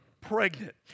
Pregnant